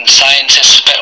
scientists